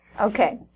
Okay